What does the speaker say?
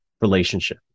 relationship